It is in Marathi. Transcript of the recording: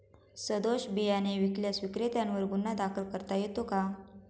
सदोष बियाणे विकल्यास विक्रेत्यांवर गुन्हा दाखल करता येतो का?